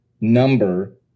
number